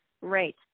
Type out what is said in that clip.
Right